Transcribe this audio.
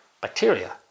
bacteria